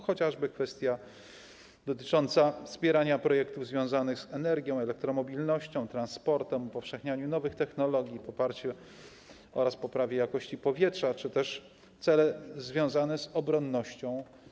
Chociażby kwestia dotycząca wspierania projektów związanych z energią, elektromobilnością, transportem, upowszechnianiem nowych technologii oraz poprawą jakości powietrza czy też cele związane z obronnością.